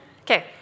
okay